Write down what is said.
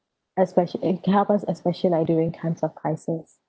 especially it help us especially like during times of crises